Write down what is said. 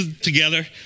together